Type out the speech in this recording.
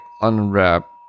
unwrap